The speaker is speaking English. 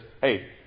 hey